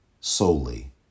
solely